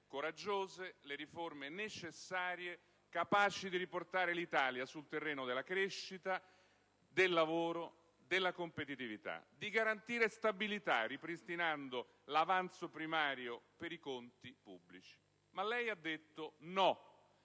coraggiose, le riforme necessarie capaci di riportare l'Italia sul terreno della crescita, del lavoro e della competitività; di garantire stabilità, ripristinando l'avanzo primario per i conti pubblici. Ma lei ha detto no;